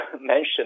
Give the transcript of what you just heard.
mentioned